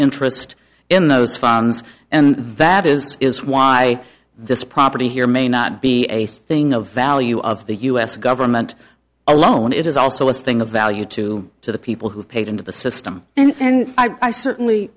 interest in those funds and that is is why this property here may not be a thing of value of the u s government alone it is also a thing of value to to the people who paid into the system and i certainly